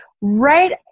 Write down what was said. Right